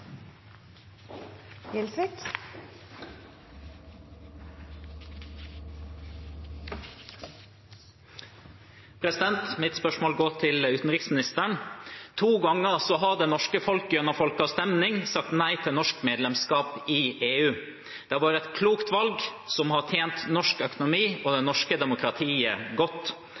Mitt spørsmål går til utenriksministeren. To ganger har det norske folk gjennom folkeavstemning sagt nei til norsk medlemskap i EU. Det har vært et klokt valg som har tjent norsk økonomi og det norske demokratiet godt.